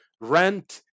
rent